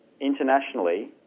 Internationally